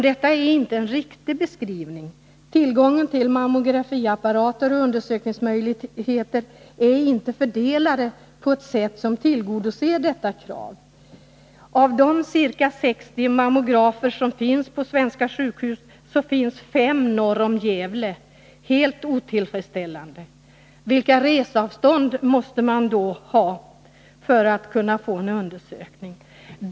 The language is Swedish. Detta är inte en riktig beskrivning. Tillgången till mammografiapparater och undersökningsmöjligheterna är inte fördelade på ett sätt som tillgodoser detta krav. Av de ca 60 mammografer som finns på svenska sjukhus finns fem norr om Gävle. Det är helt otillfredsställande. Vilka resavstånd måste man då ha för att kunna få en undersökning!